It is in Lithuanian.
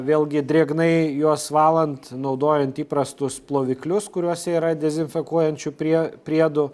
vėlgi drėgnai juos valant naudojant įprastus ploviklius kuriuose yra dezinfekuojančių prie priedų